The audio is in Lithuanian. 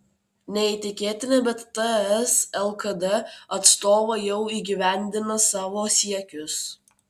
neįtikėtina bet ts lkd atstovai jau įgyvendina savo siekius